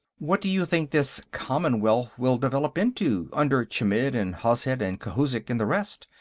what do you think this commonwealth will develop into, under chmidd and hozhet and khouzhik and the rest?